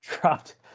dropped